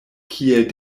kiel